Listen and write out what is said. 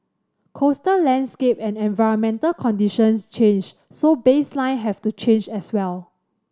coastal landscape and environmental conditions change so baseline have to change as well